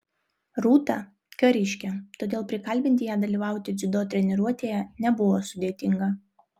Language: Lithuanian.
rūta kariškė todėl prikalbinti ją dalyvauti dziudo treniruotėje nebuvo sudėtinga